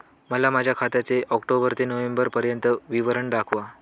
मला माझ्या खात्याचे ऑक्टोबर ते नोव्हेंबर पर्यंतचे विवरण दाखवा